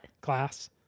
Class